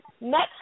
next